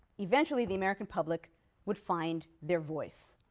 eventually the american public would find their voice.